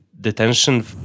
detention